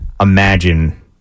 imagine